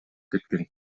кеткен